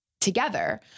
together